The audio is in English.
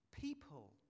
People